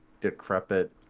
decrepit